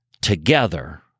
together